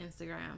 Instagram